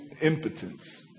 impotence